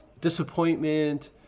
disappointment